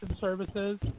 services